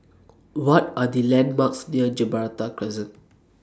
What Are The landmarks near Gibraltar Crescent